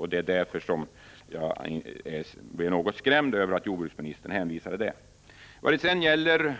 Jag blev därför något skrämd när jordbruksministern hänvisade till detta. Beträffande